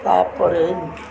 ତା'ପରେ